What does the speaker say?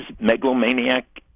megalomaniac